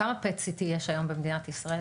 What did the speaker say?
כמה PET-CT יש היום במדינת ישראל?